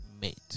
Mate